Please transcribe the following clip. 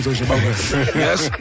Yes